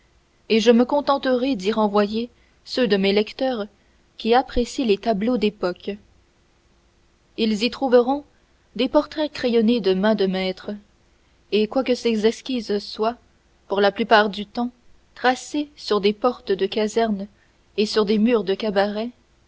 et je me contenterai d'y renvoyer ceux de mes lecteurs qui apprécient les tableaux d'époques ils y trouveront des portraits crayonnés de main de maître et quoique les esquisses soient pour la plupart du temps tracées sur des portes de caserne et sur des murs de cabaret